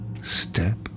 step